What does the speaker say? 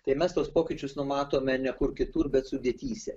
tai mes tuos pokyčius numatome ne kur kitur bet sudėtyse